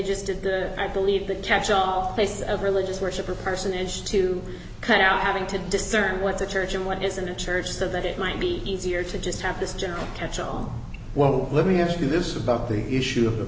just did the i believe the catchall face of religious worship or personage to kind of having to discern what's a church and what isn't a church so that it might be easier to just have this general catchall whoa let me ask you this about the issue of the